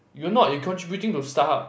you're not you're contributing to Starhub